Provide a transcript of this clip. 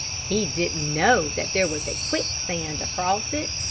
he didn't know that there was a quicksand across it,